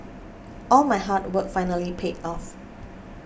all my hard work finally paid off